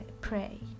Pray